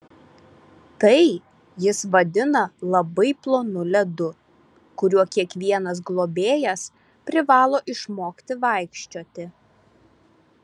tai jis vadina labai plonu ledu kuriuo kiekvienas globėjas privalo išmokti vaikščioti